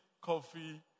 coffee